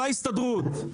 לא ההסתדרות.